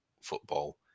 football